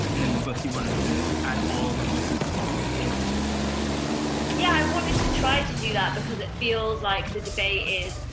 and in the book you wanted to add all the voices involved into the conversation. mg yeah, i wanted to try to do that, because it feels like the debate is,